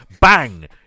Bang